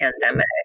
pandemic